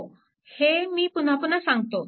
हो हे मी पुन्हा पुन्हा सांगतो